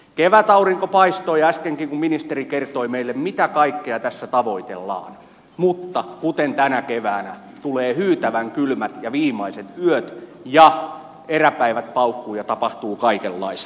kevätaurinko paistoi äskenkin kun ministeri kertoi meille mitä kaikkea tässä tavoitellaan mutta kuten tänä keväänä tulevat hyytävän kylmät ja viimaiset yöt ja eräpäivät paukkuvat ja tapahtuu kaikenlaista